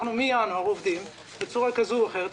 מינואר אנחנו עובדים בצורה כזו או אחרת,